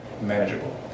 manageable